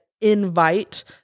invite